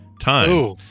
time